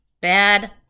Bad